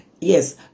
Yes